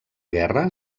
guerra